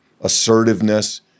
assertiveness